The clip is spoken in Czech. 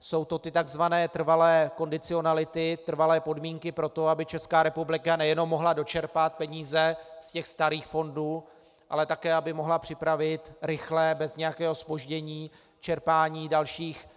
Jsou to tzv. trvalé kondicionality, trvalé podmínky pro to, aby ČR nejenom mohla dočerpat peníze ze starých fondů, ale také aby mohla připravit rychle bez nějakého zpoždění čerpání dalších